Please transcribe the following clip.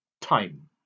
time